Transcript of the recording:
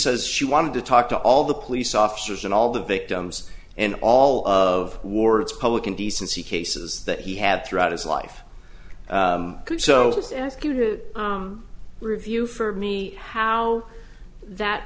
says she wanted to talk to all the police officers and all the victims and all of ward's public indecency cases that he had throughout his life so just ask you to review for me how that